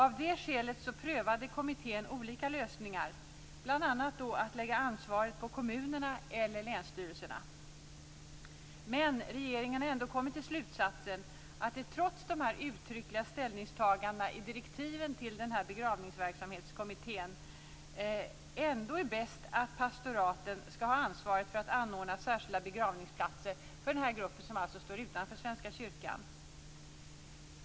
Av det skälet prövade kommittén olika lösningar, bl.a. att lägga ansvaret på kommunerna eller länsstyrelserna. Men regeringen har ändå kommit till slutsatsen att det, trots de uttryckliga ställningstagandena i direktiven till Begravningsverksamhetskommittén, är bäst att pastoraten skall ha ansvaret för att anordna särskilda begravningsplatser för den här gruppen, som alltså står utanför Svenska kyrkan.